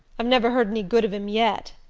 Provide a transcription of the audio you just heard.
i've never heard any good of him yet.